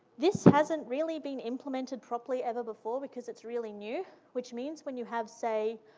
this hasn't really been implemented properly ever before because it's really new, which means, when you have, say,